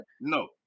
No